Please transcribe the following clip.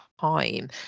time